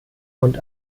und